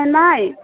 mi